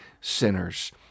sinners